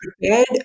prepared